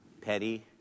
petty